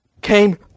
came